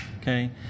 Okay